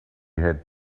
had